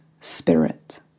spirit